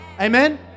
Amen